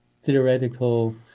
theoretical